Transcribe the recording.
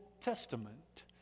Testament